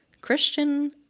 Christian